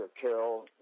Carol